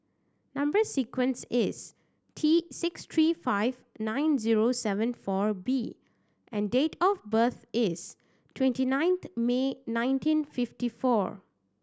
number sequence is T six three five nine zero seven four B and date of birth is twenty nine May nineteen fifty four